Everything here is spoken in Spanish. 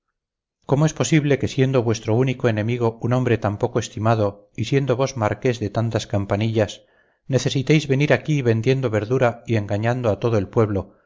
cómo es posible que siendo vuestro único enemigo un hombre tan poco estimado y siendo vos marqués de tantas campanillas necesitéis venir aquí vendiendo verdura y engañando a todo el pueblo